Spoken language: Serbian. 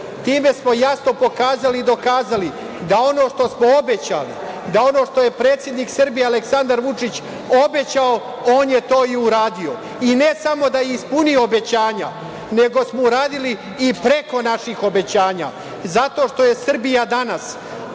Time smo jasno pokazali i dokazali da ono što smo obećali, da ono što je predsednik Srbije, Aleksandar Vučić, obećao, on je to i uradio.I, ne samo da je ispunio obećanja, nego smo uradili i preko naših obećanja, zato što je Srbija danas